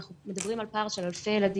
אנחנו מדברים על פער של אלפי ילדים.